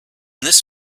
this